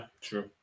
true